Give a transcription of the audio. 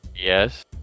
Yes